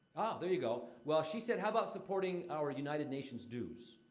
there you go. well, she said, how about supporting our united nations dues.